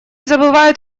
забывают